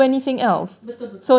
betul betul